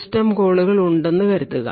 system കോളുകൾ ഉണ്ടെന്ന് കരുതുക